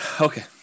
okay